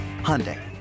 Hyundai